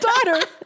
daughter